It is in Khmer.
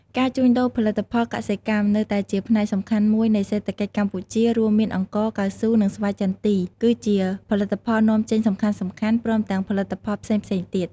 ការជួញដូរ ផលិតផលកសិកម្ម នៅតែជាផ្នែកសំខាន់មួយនៃសេដ្ឋកិច្ចកម្ពុជារួមមានអង្ករ កៅស៊ូ និងស្វាយចន្ទីគឺជា ផលិតផលនាំចេញសំខាន់ៗព្រមទាំងផលិតផលផ្សេងៗទៀត។